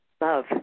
Love